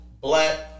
black